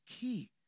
key